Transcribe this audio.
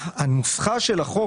הנוסחה של החוק